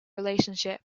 relationship